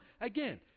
again